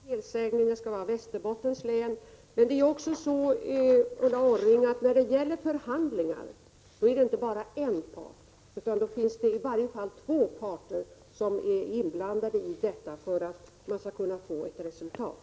Herr talman! Jag beklagar, det var en felsägning. Det skall vara Västerbottens län. När det gäller förhandlingar, Ulla Orring, är det inte bara en part. Det är i varje fall två parter inblandade för att man skall kunna få ett resultat.